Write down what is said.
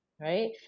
right